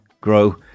grow